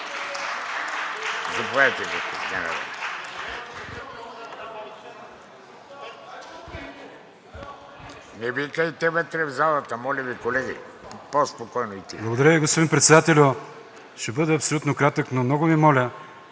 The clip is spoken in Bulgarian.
Благодаря Ви, господин Председателю. Ще бъда абсолютно кратък, но много Ви моля,